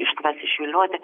iš tavęs išvilioti